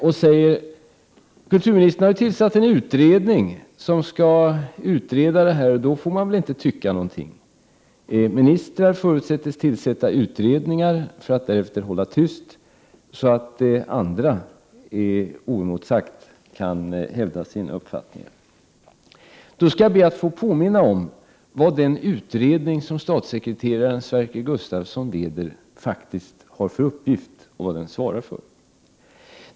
Och så säger Jan Hyttring: Kulturministern har ju tillsatt en utredning som skall se över denna fråga, och då får man väl inte tycka någonting. Ministrar förutsätts alltså tillsätta utredningar för att därefter hålla tyst, så att andra oemotsagda kan hävda sina uppfattningar. Jag skall då be att få påminna om vad den utredning som statssekreteraren Sverker Gustavsson leder har för uppgift och vad den svarar för.